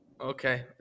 Okay